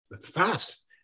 fast